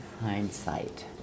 Hindsight